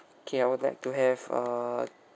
okay I would like to have a